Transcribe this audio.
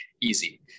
easy